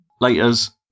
Laters